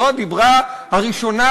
זה הדיבר הראשון,